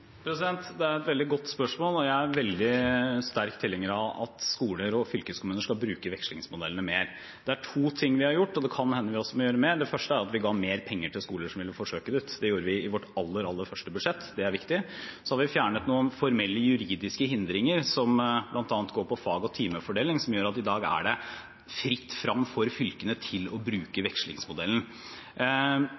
Det er et veldig godt spørsmål, og jeg er veldig sterk tilhenger av at skoler og fylkeskommuner skal bruke vekslingsmodellen mer. Det er to ting vi har gjort, og det kan hende vi også må gjøre mer: Det første er at vi ga mer penger til skoler som ville forsøke det ut – det gjorde vi i vårt aller, aller første budsjett, det er viktig. Så har vi fjernet noen formelle juridiske hindringer som bl.a. går på fag- og timefordeling, som gjør at i dag er det fritt frem for fylkene å bruke vekslingsmodellen.